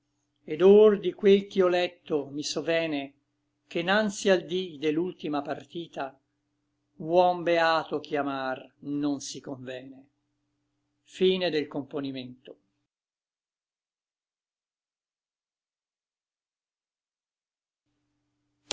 et or di quel ch'i ò lecto mi sovene che nanzi al dí de l'ultima partita huom beato chiamar non si convene mie